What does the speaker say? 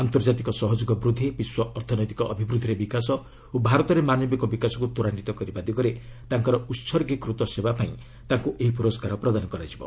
ଆନ୍ତର୍ଜାତିକ ସହଯୋଗ ବୃଦ୍ଧି ବିଶ୍ୱ ଅର୍ଥନୈତିକ ଅଭିବୃଦ୍ଧିରେ ବିକାଶ ଓ ଭାରତରେ ମାନବିକ ବିକାଶକୁ ତ୍ୱରାନ୍ୱିତ କରିବା ଦିଗରେ ତାଙ୍କର ଉସର୍ଗୀକୃତ ସେବା ପାଇଁ ତାଙ୍କୁ ଏହି ପୁରସ୍କାର ପ୍ରଦାନ କରାଯିବ